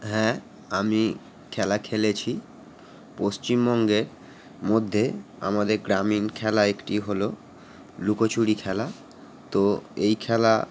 হ্যাঁ আমি খেলা খেলেছি পশ্চিমবঙ্গের মধ্যে আমাদের গ্রামীণ খেলা একটি হলো লুকোচুরি খেলা তো এই খেলা